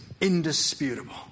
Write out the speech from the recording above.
indisputable